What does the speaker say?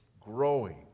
growing